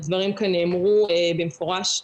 הדברים כאן נאמרו במפורש.